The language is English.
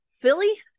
Philly